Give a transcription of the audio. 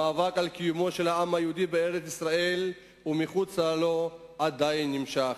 המאבק על קיומו של העם היהודי בארץ-ישראל ומחוץ לה עדיין נמשך.